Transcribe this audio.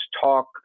talk